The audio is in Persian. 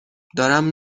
دارم